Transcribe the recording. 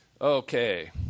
Okay